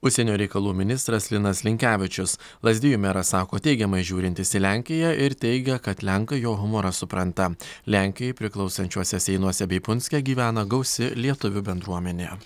užsienio reikalų ministras linas linkevičius lazdijų meras sako teigiamai žiūrintis į lenkiją ir teigia kad lenkai jo humorą supranta lenkijai priklausančiuose seinuose bei punske gyvena gausi lietuvių bendruomenė